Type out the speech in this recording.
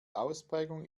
ausprägung